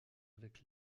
avec